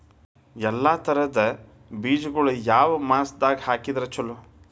ಎಲ್ಲಾ ತರದ ಬೇಜಗೊಳು ಯಾವ ಮಾಸದಾಗ್ ಹಾಕಿದ್ರ ಛಲೋ?